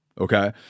okay